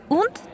und